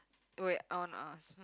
wait I wanna ask